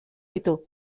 ditu